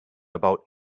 about